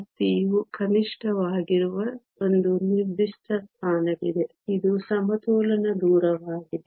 ಶಕ್ತಿಯು ಕನಿಷ್ಠವಾಗಿರುವ ಒಂದು ನಿರ್ದಿಷ್ಟ ಸ್ಥಾನವಿದೆ ಇದು ಸಮತೋಲನ ದೂರವಾಗಿದೆ